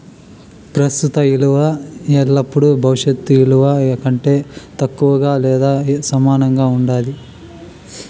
ప్రస్తుత ఇలువ ఎల్లపుడూ భవిష్యత్ ఇలువ కంటే తక్కువగా లేదా సమానంగా ఉండాది